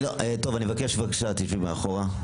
טוב, אני מבקש אני מבקש בבקשה, תשבי מאחורה.